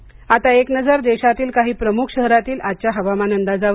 हवामान आता एक नजर देशातील काही प्रमुख शहरातील आजच्या हवामान अंदाजावर